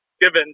given